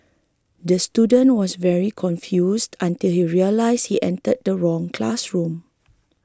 the student was very confused until he realised he entered the wrong classroom